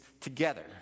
together